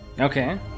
Okay